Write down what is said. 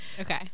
Okay